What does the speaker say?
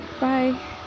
bye